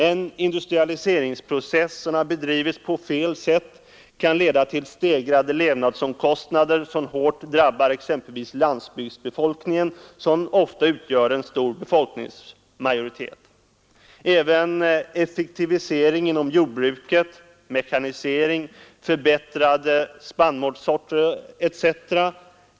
En industrialiseringsprocess som bedrivits på fel sätt kan leda till stegrade levnadsomkostnader, som hårt drabbar exempelvis landsbygdsbefolkningen, som ofta utgör en stor befolkningsmajoritet. Även effektiviseringen inom jordbruket — mekanisering och förbättrade spannmålssorter etc.